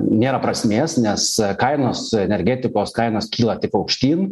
nėra prasmės nes kainos energetikos kainos kyla tik aukštyn